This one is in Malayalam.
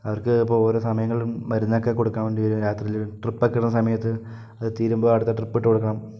അവർക്ക് ഇപ്പോൾ ഓരോ സമയങ്ങളിലും മരുന്നൊക്കെ കൊടുക്കാൻ വേണ്ടി വരും രാത്രിയില് ഡ്രിപ്പൊക്കെ ഇടുന്ന സമയത്ത് അത് തീരുമ്പോൾ അടുത്ത ഡ്രിപ്പിട്ടു കൊടുക്കണം